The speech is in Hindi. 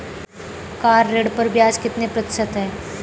कार ऋण पर ब्याज कितने प्रतिशत है?